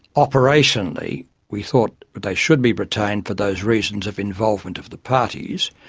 operationally we thought they should be retained for those reasons of involvement of the parties,